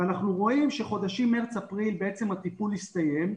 אנחנו רואים שחודשים מרץ-אפריל הטיפול הסתיים,